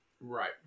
Right